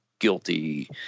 guilty